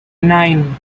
nine